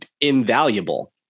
invaluable